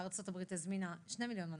ארצות הברית הזמינה 2 מיליון מנות,